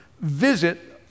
visit